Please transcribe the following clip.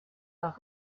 auch